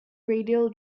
radial